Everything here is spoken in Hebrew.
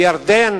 בירדן